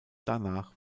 danach